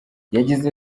yagize